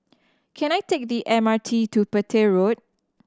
can I take the M R T to Petir Road